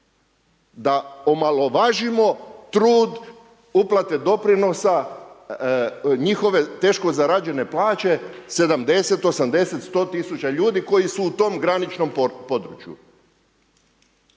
Da omalovažimo trud uplate doprinosa, njihove teško zarađene plaće 70, 80, 100 000 ljudi koji su u tom graničnom području.